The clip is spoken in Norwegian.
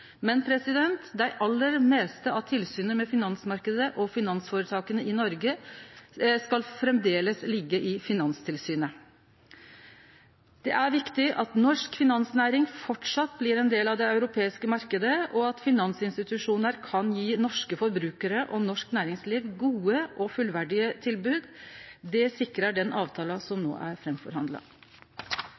Men det aller meste av tilsynet med finansmarknaden og finansføretaka i Noreg skal framleis liggje hos Finanstilsynet. Det er viktig at norsk finansnæring framleis blir ein del av den europeiske marknaden, og at finansinstitusjonar kan gje norske forbrukarar og norsk næringsliv gode og fullverdige tilbod. Det sikrar den avtala som no er